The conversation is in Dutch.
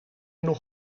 nog